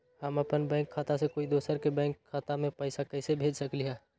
हम अपन बैंक खाता से कोई दोसर के बैंक खाता में पैसा कैसे भेज सकली ह?